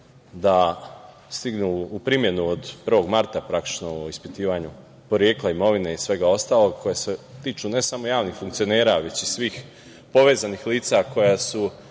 da stignu u primenu od 1. marta praktično o ispitivanju porekla imovine i svega ostalog, koja se tiču ne samo javnih funkcionera, već i svih povezanih lica koja su